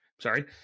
Sorry